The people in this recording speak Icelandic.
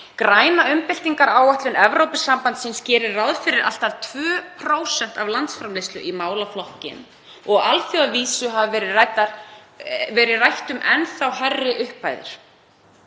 Græna umbyltingaráætlun Evrópusambandsins gerir ráð fyrir allt að 2% af landsframleiðslu í málaflokkinn og á alþjóðavísu hefur verið rætt um enn þá hærri upphæðir.